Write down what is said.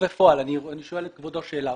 אני שואל את כבודו שאלה,